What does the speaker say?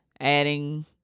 adding